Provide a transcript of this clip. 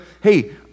hey